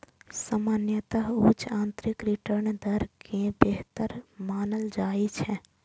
सामान्यतः उच्च आंतरिक रिटर्न दर कें बेहतर मानल जाइ छै